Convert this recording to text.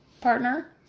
partner